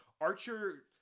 Archer